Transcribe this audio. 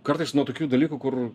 kartais nuo tokių dalykų kur